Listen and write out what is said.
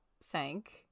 sank